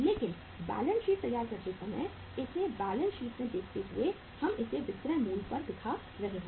लेकिन balance sheet तैयार करते समय इसे बैलेंस शीट में दिखाते हुए हम इसे विक्रय मूल्य पर दिखा रहे हैं